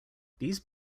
these